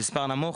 מספר נמוך,